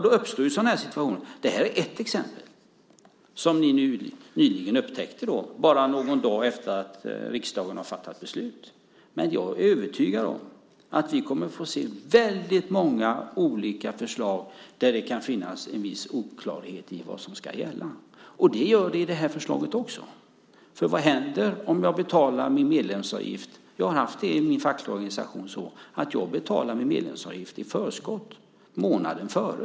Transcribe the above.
Då uppstår sådana situationer. Det här är ett exempel som ni nyligen upptäckte, bara någon dag efter det att riksdagen hade fattat beslut. Men jag är övertygad om att vi kommer att få se många olika förslag där det kan finnas en viss oklarhet i vad som ska gälla. Det finns det i det här förslaget också. Vad händer om jag betalar min medlemsavgift? I min fackliga organisation är det så att jag betalar min medlemsavgift i förskott månaden före.